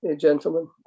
gentlemen